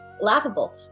laughable